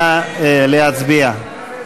נא להצביע.